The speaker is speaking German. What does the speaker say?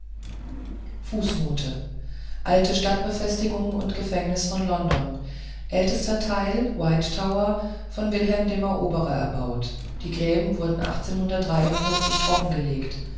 alte stadtfestung und gefängnis von london ältester teil white tower von wilhelm dem eroberer erbaut die gräben wurden trocken gelegt